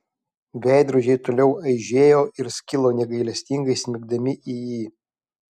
veidrodžiai toliau aižėjo ir skilo negailestingai smigdami į jį